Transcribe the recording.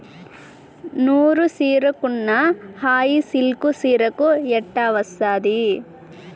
నూరు చీరకున్న హాయి సిల్కు చీరకు ఎట్టా వస్తాది